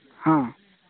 ହଁ